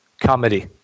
comedy